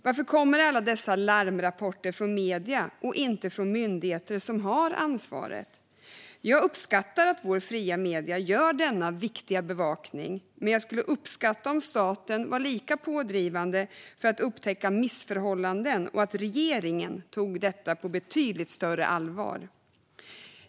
Varför kommer alla dessa larmrapporter från medierna och inte från de myndigheter som har ansvaret? Jag uppskattar att våra fria medier gör denna viktiga bevakning, men jag skulle uppskatta om staten var lika pådrivande för att upptäcka missförhållanden och om regeringen tog detta på betydligt större allvar.